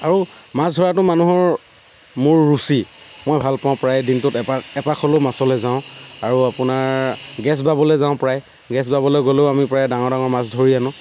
আৰু মাছ ধৰাতো মানুহৰ মোৰ ৰুচি মই ভাল পাওঁ প্ৰায়ে দিনটোত এপাক এপাক হ'লেও মাছলৈ যাওঁ আৰু আপোনাৰ গেছ বাবলে যাওঁ প্ৰায় গেছ বাবলে গ'লেও আমি প্ৰায় ডাঙৰ ডাঙৰ মাছ ধৰি আনো